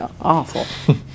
awful